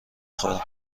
خورم